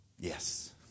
yes